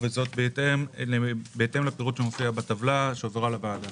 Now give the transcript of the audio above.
וזאת בהתאם לפירוט המופיע בטבלה שהועברה לוועדה.